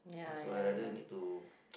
uh so I rather need to